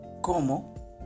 ¿Cómo